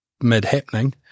mid-happening